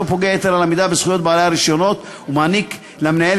שאינו פוגע יתר על המידה בזכויות בעלי הרישיונות ומעניק למנהל